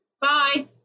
bye